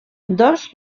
dos